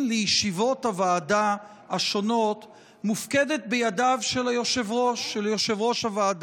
לישיבות הוועדה השונות מופקדת בידיו של היושב-ראש,